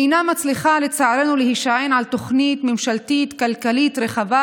לצערנו היא אינה מצליחה להישען על תוכנית ממשלתית כלכלית רחבה,